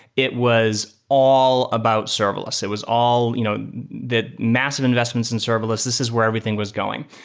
it was all about serverless. it was all you know the massive investments in serverless. this is where everything was going.